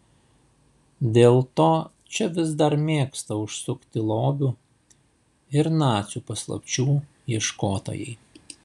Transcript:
dėl to čia vis dar mėgsta užsukti lobių ir nacių paslapčių ieškotojai